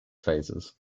phases